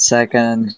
Second